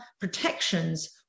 protections